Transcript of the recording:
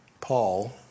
Paul